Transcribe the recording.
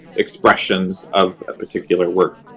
expressions of a particular work.